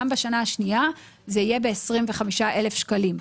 גם בשנה השנייה זה יהיה ב-25,000 שקלים.